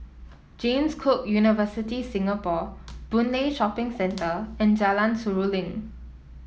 James Cook University Singapore Boon Lay Shopping Centre and Jalan Seruling